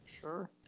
sure